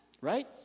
Right